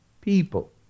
people